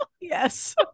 Yes